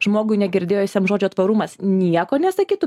žmogui negirdėjusiam žodžio tvarumas nieko nesakytų